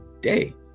day